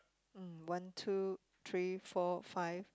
mm one two three four five